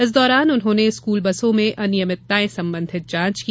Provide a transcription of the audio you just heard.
इस दौरान उन्होंने स्कूल बसों में अनियमितताएं संबंधित जांच की